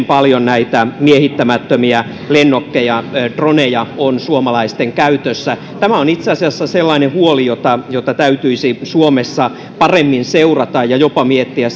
paljon näitä miehittämättömiä lennokkeja droneja on suomalaisten käytössä tämä on itse asiassa sellainen huoli jota jota täytyisi suomessa paremmin seurata ja jopa miettiä